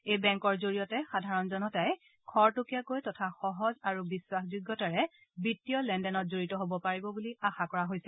এই বেংকৰ জৰিয়তে সাধাৰণ জনতাই খৰতকীয়াকৈ তথা সহজ আৰু বিশ্বাসযোগ্যতাৰে বিত্তীয় লেনদেনত জৰিত হ'ব পাৰিব বুলি আশা কৰা হৈছে